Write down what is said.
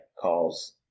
calls